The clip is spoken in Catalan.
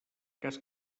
cas